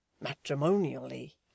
Matrimonially